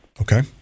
Okay